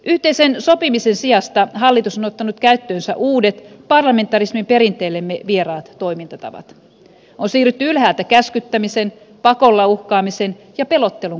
yhteisen sopimisen sijasta hallitus on ottanut käyttöönsä uudet parlamentarismin perinteelle vieraan toimintatavat osin hylätä käskyttämisen pakolla uhkaamisen ja pelottelun